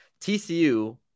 TCU